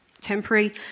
Temporary